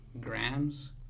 grams